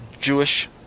Jewish